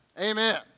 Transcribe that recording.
Amen